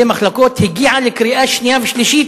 מחלקות הגיעה לקריאה שנייה ושלישית,